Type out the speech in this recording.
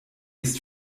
ist